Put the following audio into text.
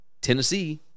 Tennessee